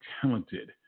talented